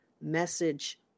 message